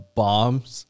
bombs